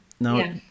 Now